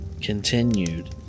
continued